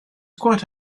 quite